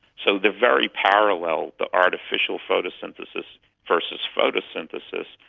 so they're very paralleled, the artificial photosynthesis versus photosynthesis.